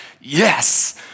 yes